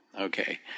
Okay